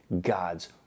God's